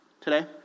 today